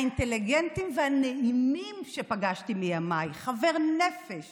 האינטליגנטים והנעימים שפגשתי מימיי, חבר נפש